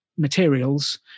materials